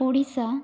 Odisha